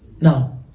Now